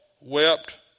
wept